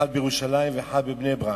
אחד בירושלים ואחד בבני-ברק.